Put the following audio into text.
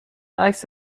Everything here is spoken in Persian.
عکس